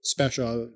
Special